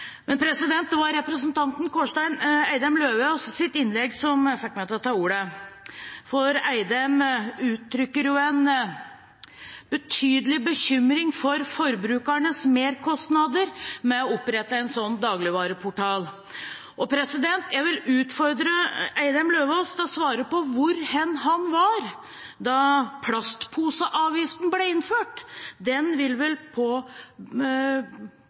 Men det var representanten Kårstein Eidem Løvaas’ innlegg som fikk meg til å ta ordet, for Eidem Løvaas uttrykte en betydelig bekymring for forbrukernes merkostnader ved å opprette en sånn dagligvareportal. Jeg vil utfordre Eidem Løvaas til å svare på hvor hen han var da plastposeavgiften ble innført. Den vil vel